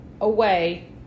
away